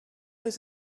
was